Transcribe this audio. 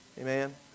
Amen